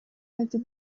after